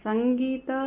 सङ्गीतम्